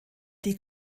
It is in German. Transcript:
die